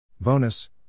Bonus